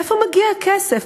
מאיפה מגיע הכסף?